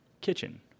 kitchen